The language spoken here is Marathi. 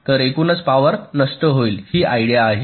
तर एकूणच पॉवर नष्ट होईल ही आयडिया आहे